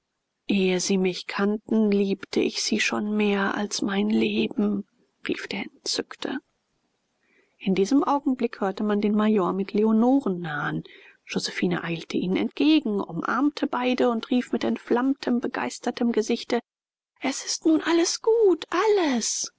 ehe sie mich kannten liebte ich sie schon mehr als mein leben rief der entzückte in diesem augenblick hörte man den major mit leonoren nahen josephine eilte ihnen entgegen umarmte beide und rief mit entflammtem begeistertem gesichte es ist nun alles gut alles